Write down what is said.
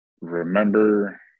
remember